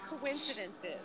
coincidences